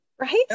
right